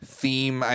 theme